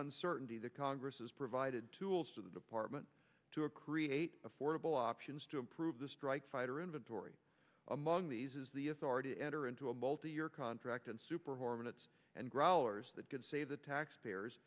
uncertainty the congress has provided tools to the department to a create affordable options to improve the strike fighter inventory among these is the authority to enter into a multi year contract and super hornets and growlers that could save the taxpayers